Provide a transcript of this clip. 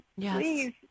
please